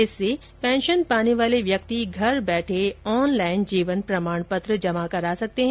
इससे पेंशन पाने वाले व्यक्ति घर बैठे ऑनलाइन जीवन प्रमाण पत्र जमा करा सकते हैं